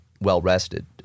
well-rested